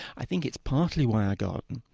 i think it's partly why i garden.